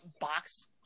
box